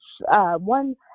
one